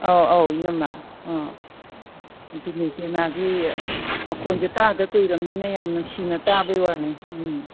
ꯑꯧ ꯑꯧ ꯏꯅꯝꯃ ꯑ ꯑꯗꯨꯅꯤ ꯄꯦꯅꯥꯗꯤ ꯃꯈꯣꯜꯁꯦ ꯇꯥꯗ ꯀꯨꯏꯔꯕꯅꯤꯅ ꯌꯥꯝ ꯅꯨꯡꯁꯤꯅ ꯇꯥꯕꯩ ꯋꯥꯅꯤ ꯎꯝ